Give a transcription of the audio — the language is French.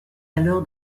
alors